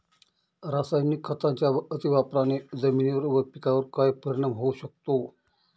रासायनिक खतांच्या अतिवापराने जमिनीवर व पिकावर काय परिणाम होऊ शकतो?